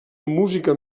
música